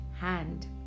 hand